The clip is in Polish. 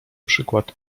przykład